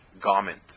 garment